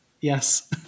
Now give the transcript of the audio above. Yes